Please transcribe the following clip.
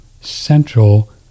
Central